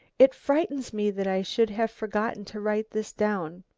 it frightens me that i should have forgotten to write this down.